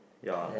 ya